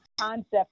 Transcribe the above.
concept